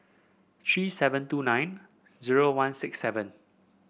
three seven two nine zero one six seven